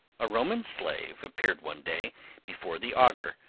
a roman slave appeared one day before the augur.